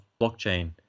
blockchain